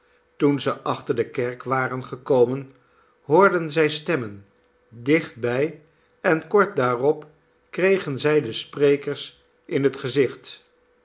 toen zij achter de kerk waren gekomen hoorden zij stemmen dichtbij en kort daarop kregen zij de sprekers in het gezicht